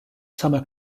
summer